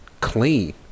clean